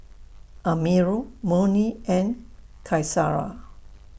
Amirul Murni and Qaisara